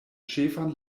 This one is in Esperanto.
ĉefan